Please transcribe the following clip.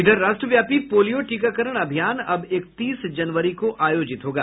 इधर राष्ट्रव्यापी पोलियो टीकाकरण अभियान अब इकतीस जनवरी को आयोजित होगा